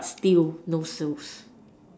but still no sales